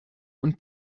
und